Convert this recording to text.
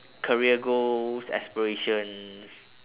career goals aspirations